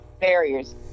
barriers